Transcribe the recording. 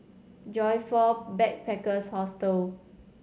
Joyfor Backpackers' Hostel